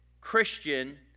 Christian